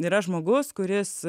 yra žmogus kuris